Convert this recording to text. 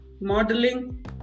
modeling